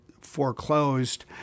foreclosed